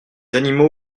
animaux